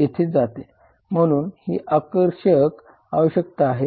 येथे जाते म्हणून ही आकर्षक आवश्यकता आहे